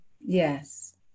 Yes